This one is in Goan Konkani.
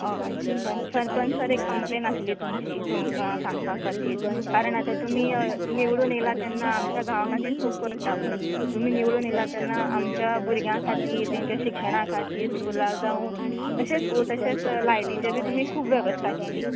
हय सरपंच सर एक कंम्प्लेन आसली तुमची तुमकां सांगपाक खातीर कारण आतां तुमी निवडून येयला तेन्ना आमच्या गांवां खातीर खूब करता तुमी तुमी निवडून येयला तेन्ना आमच्या भुरग्यांक खातीर तेंच्या शिक्षणा खातीर स्कुला जावूं अशेंच तशेंच लायटीचे बी तुमी खूब वेवस्था केली